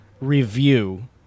review